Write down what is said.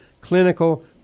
Clinical